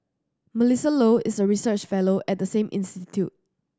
Melissa Low is a research fellow at the same institute